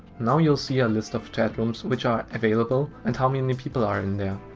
now you'll see a list of chat rooms which are available and how many people are in there.